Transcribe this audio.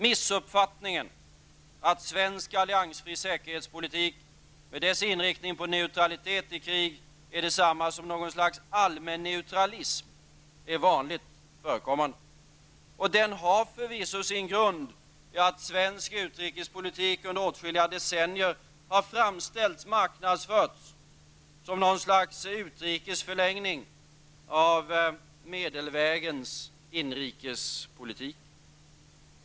Missuppfattningen att svensk alliansfri säkerhetspolitik, med dess inriktning på neutralitet i krig, är detsamma som något slags allmän neutralism är vanligt förekommande, och den har förvisso sin grund i att svensk utrikespolik under åtskilliga decennier har framställts och marknadsförts som en utrikes förlängning av medelvägens inrikespolitik.